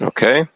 Okay